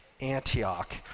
Antioch